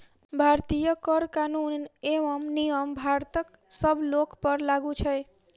भारतीय कर कानून एवं नियम भारतक सब लोकपर लागू छै